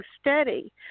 steady